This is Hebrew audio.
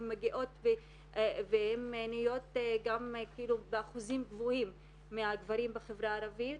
הן מגיעות והן נהיות גם באחוזים גבוהים מהגברים בחברה הערבית,